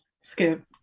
Skip